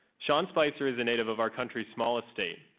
sean spicer is a native of our country's smallest state,